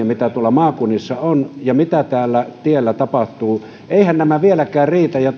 mitä maakunnissa on ja mitä tiellä tapahtuu eiväthän nämä vieläkään riitä ja